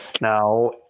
now